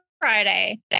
Friday